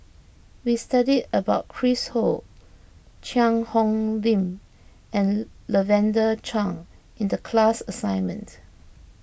we studied about Chris Ho Cheang Hong Lim and Lavender Chang in the class assignment